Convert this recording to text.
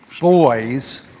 boys